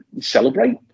celebrate